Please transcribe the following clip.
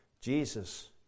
Jesus